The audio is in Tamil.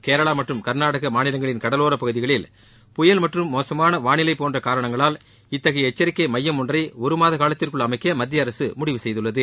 கேரளா மற்றும் கர்நாடக மாநிலங்களின் கடலோர பகுதிகளில் புயல் மற்றும் மோசுமான வானிலை போன்ற காரணங்களால் இத்தகைய எச்சரிக்கை எமயம் ஒன்றை ஒருமாத காலத்திற்குள் அமைக்க மத்திய அரசு முடிவு செய்குள்ளது